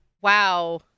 wow